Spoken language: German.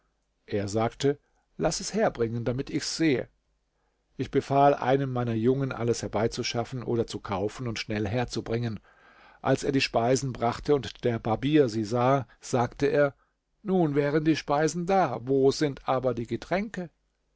er sagte laß es herbringen damit ich's sehe ich befahl einem meiner jungen alles herbeizuschaffen oder zu kaufen und schnell herzubringen als er die speisen brachte und der barbier sie sah sagte er nun wären die speisen da wo sind aber die getränke